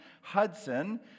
Hudson